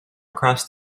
across